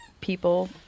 people